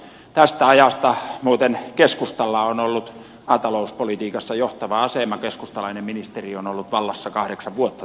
tästä ajasta muuten keskustalla on ollut maatalouspolitiikassa johtava asema keskustalainen ministeri on ollut vallassa kahdeksan vuotta